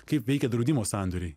kaip veikia draudimo sandoriai